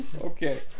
Okay